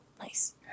nice